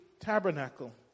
tabernacle